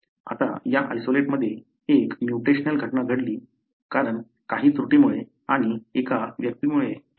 आता या आयसोलेटमध्ये एक म्युटेशनल घटना घडली आहे कारण काही त्रुटीमुळे आणि एका व्यक्तीमुळे हे झाले आहे